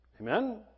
Amen